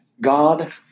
God